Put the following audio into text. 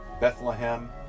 Bethlehem